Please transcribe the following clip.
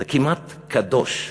זה כמעט קדוש.